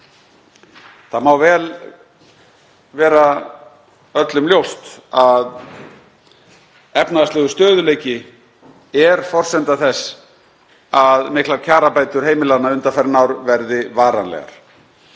Öllum má vera ljóst að efnahagslegur stöðugleiki er forsenda þess að miklar kjarabætur heimilanna undanfarin ár verði varanlegar.